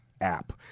app